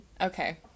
Okay